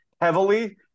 heavily